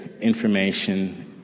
information